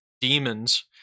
Demons